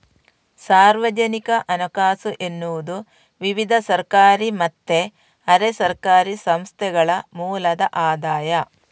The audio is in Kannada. ಸಾರ್ವಜನಿಕ ಹಣಕಾಸು ಎನ್ನುವುದು ವಿವಿಧ ಸರ್ಕಾರಿ ಮತ್ತೆ ಅರೆ ಸರ್ಕಾರಿ ಸಂಸ್ಥೆಗಳ ಮೂಲದ ಆದಾಯ